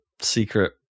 secret